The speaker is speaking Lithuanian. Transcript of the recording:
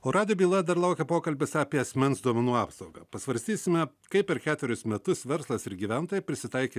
o radijo byloje dar laukia pokalbis apie asmens duomenų apsaugą pasvarstysime kaip per ketverius metus verslas ir gyventojai prisitaikė